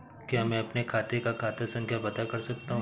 क्या मैं अपने खाते का खाता संख्या पता कर सकता हूँ?